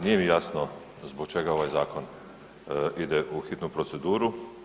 Nije mi jasno zbog čega ovaj zakon ide u hitnu proceduru.